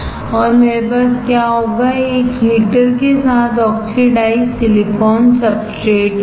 और मेरे पास क्या होगा एक हीटर के साथ ऑक्सिडाइज्ड सिलिकॉन सब्सट्रेट होगा